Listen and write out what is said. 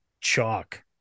chalk